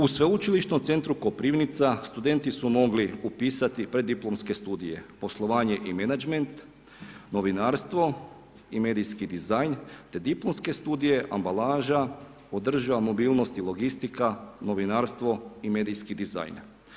U Sveučilišnom centru Koprivnica studenti su mogli upisati Preddiplomske studije Poslovanje i menadžment, Novinarstvo i Medijski dizajn te diplomske studije Ambalaža, Održiva mobilnost i logistika, Novinarstvo i Medijski dizajn.